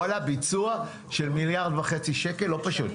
ביצוע של מיליארד וחצי שקל לא פשוט.